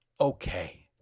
Okay